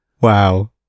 Wow